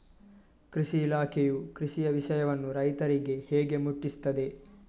ಕೃಷಿ ಇಲಾಖೆಯು ಕೃಷಿಯ ವಿಷಯವನ್ನು ರೈತರಿಗೆ ಹೇಗೆ ಮುಟ್ಟಿಸ್ತದೆ?